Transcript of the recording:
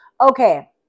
okay